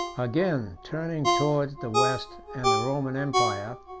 again, turning towards the west and the roman empire,